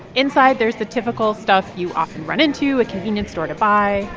inside, there's the typical stuff you often run into a convenience store to buy.